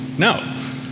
No